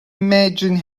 imagined